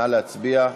נא להצביע.